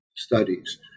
studies